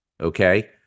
okay